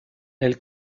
elle